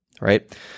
right